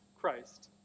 Christ